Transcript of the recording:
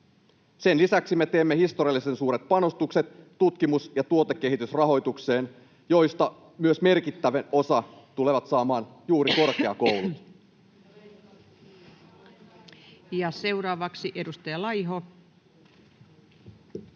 Sen lisäksi me teemme historiallisen suuret panostukset tutkimus- ja tuotekehitysrahoitukseen, joista merkittävän osan tulevat saamaan juuri korkeakoulut.